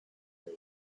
they